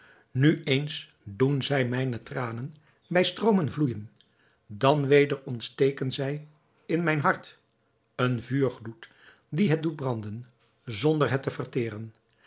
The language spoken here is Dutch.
nu eens doen zij mijne tranen bij stroomen vloeijen dan weder ontsteken zij in mijn hart een vuurgloed die het doet branden zonder het te verteren